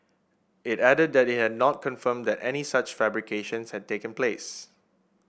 it added that it had not confirmed that any such fabrications had taken place